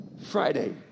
Friday